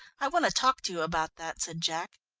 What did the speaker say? i want to talk to you about that, said jack.